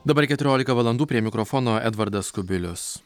dabar keturiolika valandų prie mikrofono edvardas kubilius